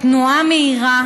בתנועה מהירה,